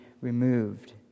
removed